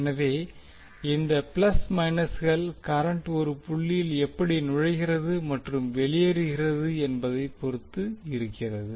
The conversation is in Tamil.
எனவே இந்த ப்ளஸ் மைனஸ்கள் கரண்ட் ஒரு புள்ளியில் எப்படி நுழைகிறது மற்றும் வெளியேறுகிறது என்பதை பொறுத்து இருக்கிறது